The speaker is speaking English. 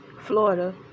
florida